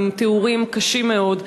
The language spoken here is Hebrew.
עם תיאורים קשים מאוד,